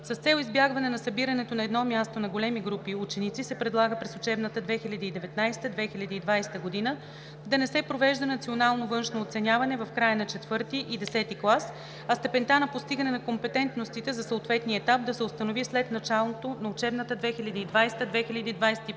С цел избягване на събирането на едно място на големи групи ученици се предлага през учебната 2019/2020 г. да не се провежда Национално външно оценяване в края на IV и X клас, а степента на постигане на компетентностите за съответния етап да се установи след началото на учебната 2020/2021 г.